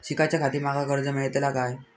शिकाच्याखाती माका कर्ज मेलतळा काय?